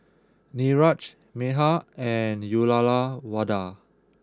Niraj Medha and Uyyalawada